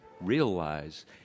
realize